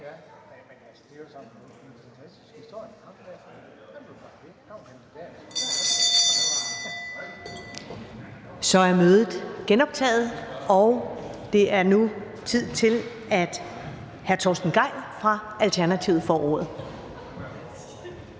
Så er mødet genoptaget, og det er nu tid til, at hr. Torsten Gejl fra Alternativet får ordet.